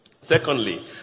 Secondly